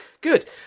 Good